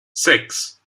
six